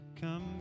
Come